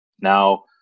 Now